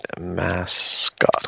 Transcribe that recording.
mascot